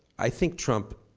i think trump,